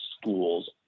schools